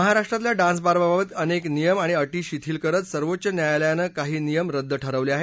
महाराष्ट्रातल्या डान्सबारबाबत अनेक नियम आणि अटी शिथील करत सर्वोच्च न्यायालयानं काही नियम रद्द ठरवले आहेत